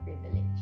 privilege